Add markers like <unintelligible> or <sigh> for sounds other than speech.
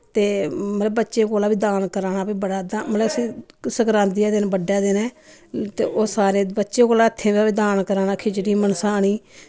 ते मतलब बच्चें कोला बी दान कराना <unintelligible> सक्रांदी दे दिन बड्डा दिन ऐ ते ओह् सारे बच्चे कोला हत्थे दा दान कराना खिचड़ी मनसानी